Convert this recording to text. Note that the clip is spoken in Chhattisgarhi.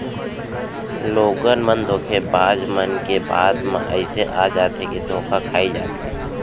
लोगन मन धोखेबाज मन के बात म अइसे आ जाथे के धोखा खाई जाथे